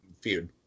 feud